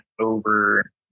over